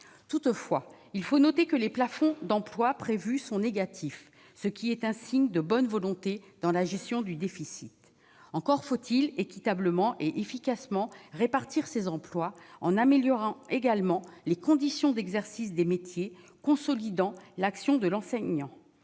toutefois, il faut noter que les plafonds d'emplois prévus sont négatifs, ce qui est un signe de bonne volonté dans la gestion du déficit, encore faut-il équitablement et efficacement répartir ces employes en améliorant également les conditions d'exercice des métiers consolidant l'action de l'enseignant,